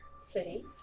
city